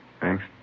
Thanks